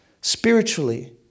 spiritually